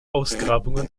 ausgrabungen